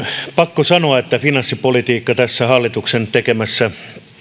pakko sanoa että finanssipolitiikka tässä hallituksen tekemässä